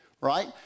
right